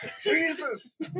Jesus